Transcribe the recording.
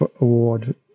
award